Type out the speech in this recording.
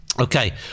Okay